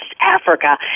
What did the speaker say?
Africa